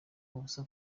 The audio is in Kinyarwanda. ubusa